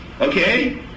Okay